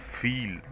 feel